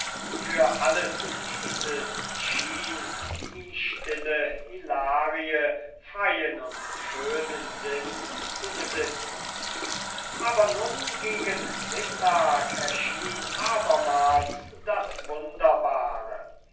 für alles dieses schien die stille hilarie freien und schönen sinn zu besitzen aber nun gegen mittag erschien abermals das wunderbare